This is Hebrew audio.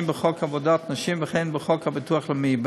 בחוק עבודת נשים ובחוק הביטוח הלאומי,